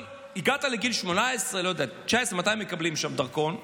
הגעת לגיל 18, 19, לא יודע, מתי מקבלים שם דרכון?